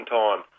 time